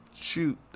shoot